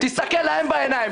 תסתכל להם בעיניים.